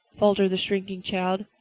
faltered the shrinking child,